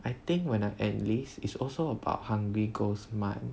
I think when I'm enlist it is also about hungry ghost month